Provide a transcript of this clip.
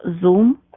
Zoom